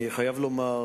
אני חייב לומר